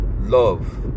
Love